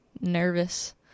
nervous